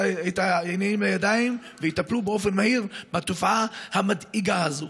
את העניינים לידיים ויטפלו באופן מהיר בתופעה המדאיגה הזאת.